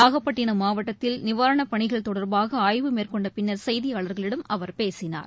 நாகப்பட்டினம் மாவட்டத்தில் நிவாரணப் பணிகள் தொடர்பாகஆய்வு மேற்கொண்டபின்னர் செய்தியாளர்களிடம் அவர் பேசினார்